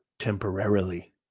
Temporarily